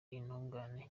intungane